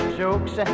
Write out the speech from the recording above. jokes